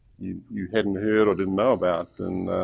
you you hadn't heard or didn't know about and